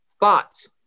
thoughts